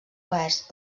oest